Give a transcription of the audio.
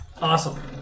awesome